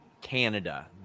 Canada